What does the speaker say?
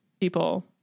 people